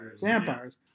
Vampires